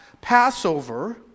Passover